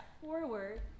forward